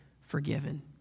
forgiven